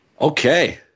Okay